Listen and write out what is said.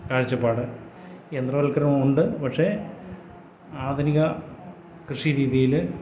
കാഴ്ച്ചപ്പാട് യന്ത്രവൽക്കരണം ഉണ്ട് പക്ഷെ ആധുനിക കൃഷിരീതിയില്